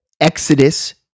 Exodus